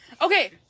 Okay